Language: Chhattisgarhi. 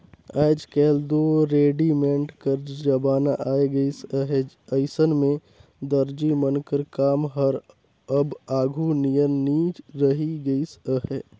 आएज काएल दो रेडीमेड कर जमाना आए गइस अहे अइसन में दरजी मन कर काम हर अब आघु नियर नी रहि गइस अहे